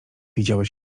widziałeś